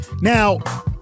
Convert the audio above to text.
Now